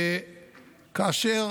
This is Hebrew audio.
וכאשר